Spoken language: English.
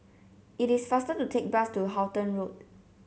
it is faster to take bus to Halton Road